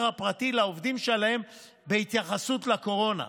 הפרטי לעובדים שלהם בהתייחסות לקורונה.